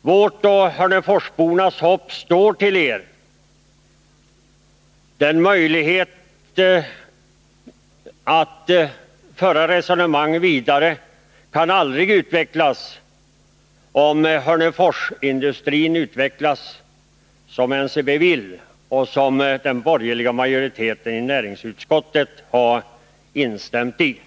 Vårt och hörneforsbornas hopp står till er. Resonemanget kan aldrig föras vidare om Hörneforsindustrin utvecklas som NCB och den borgerliga majoriteten i utskottet vill.